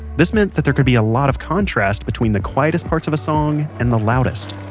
this meant that there could be a lot of contrast between the quietest parts of a song, and the loudest.